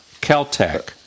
Caltech